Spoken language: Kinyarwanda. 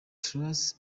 tracy